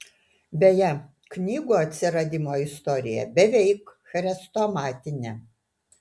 beje knygų atsiradimo istorija beveik chrestomatinė